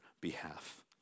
behalf